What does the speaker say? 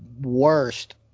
worst